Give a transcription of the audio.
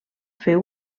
fer